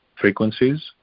frequencies